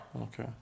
okay